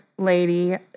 lady